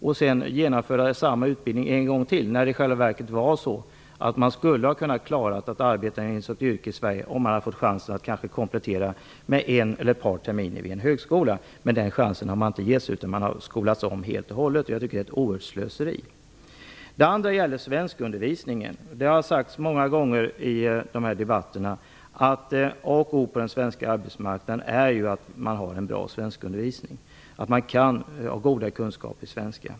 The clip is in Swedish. De har fått genomföra samma utbildning en gång till när de i själva verket skulle ha klarat av att arbeta in sig i ett yrke i Sverige om de hade fått chansen att komplettera med kanske en eller ett par terminer vid en högskola. Men den chansen har man inte getts utan man har tvingats att skola om sig helt och hållet. Jag tycker att detta är ett oerhört slöseri. En annan fråga gäller svenskundervisningen. Det har många gånger sagts i debatterna att A och O på den svenska arbetsmarknaden är att man har en bra svenskundervisning, att man har goda kunskaper i svenska.